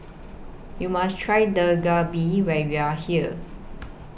YOU must Try Dak Galbi when YOU Are here